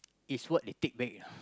is what they take back ah